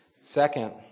Second